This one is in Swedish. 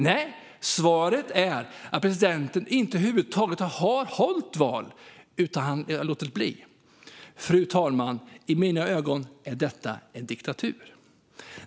Nej, för president Abbas har inte hållit ett enda val. I mina ögon är detta därför en diktatur.